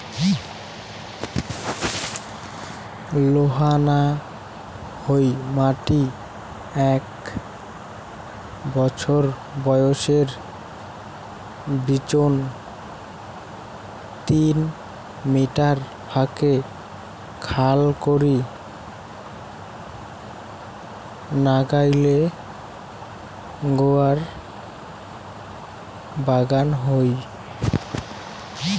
লোহা না হই মাটি এ্যাক বছর বয়সের বিচোন তিন মিটার ফাকে খাল করি নাগাইলে গুয়ার বাগান হই